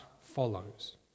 follows